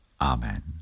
Amen